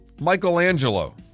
Michelangelo